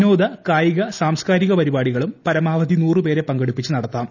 വിനോദ കായിക സാംസ്കാരിക പരിപാടികളും പരമാവധി നുറു പേരെ പങ്കെടുപ്പിച്ച് നടത്താം